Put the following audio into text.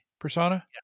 persona